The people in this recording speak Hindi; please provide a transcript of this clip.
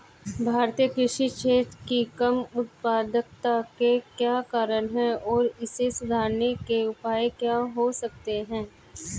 भारतीय कृषि क्षेत्र की कम उत्पादकता के क्या कारण हैं और इसे सुधारने के उपाय क्या हो सकते हैं?